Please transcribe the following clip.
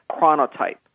chronotype